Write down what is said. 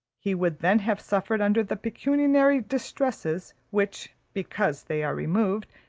he would then have suffered under the pecuniary distresses which, because they are removed,